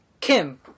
Kim